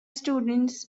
students